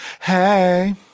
Hey